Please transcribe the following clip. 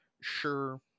Sure